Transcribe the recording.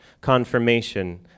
Confirmation